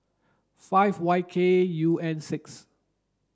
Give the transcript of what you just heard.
five Y K U N six